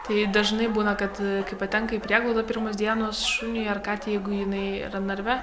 tai dažnai būna kad kai patenka į prieglaudą pirmos dienos šuniui ar katei jeigu jinai yra narve